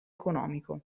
economico